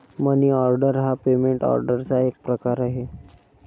मनी order हा payment ऑर्डरचा एक प्रकार आहे